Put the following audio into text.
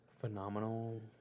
Phenomenal